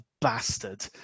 bastard